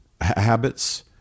habits